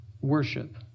worship